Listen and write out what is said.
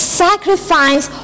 sacrifice